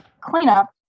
cleanup